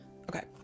Okay